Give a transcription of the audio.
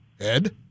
Ed